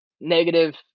negative